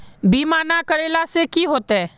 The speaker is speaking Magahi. बीमा ना करेला से की होते?